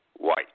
white